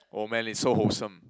oh man it's so wholesome